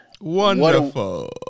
Wonderful